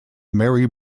mary